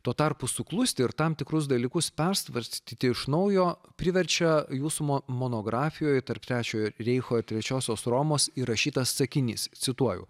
tuo tarpu suklusti ir tam tikrus dalykus persvarstyti iš naujo priverčia jūsų mo monografijoje tarp trečiojo reicho ir trečiosios romos įrašytas sakinys cituoju